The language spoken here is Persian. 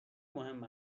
مهم